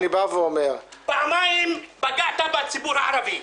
פעמיים פגעת בציבור הערבי.